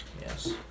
Yes